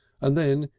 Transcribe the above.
and then,